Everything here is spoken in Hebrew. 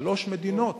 שלוש מדינות